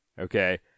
okay